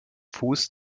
fuß